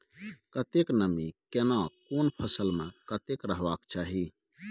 कतेक नमी केना कोन फसल मे कतेक रहबाक चाही?